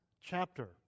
chapter